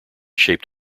shaped